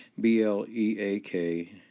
B-L-E-A-K